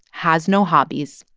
has no hobbies,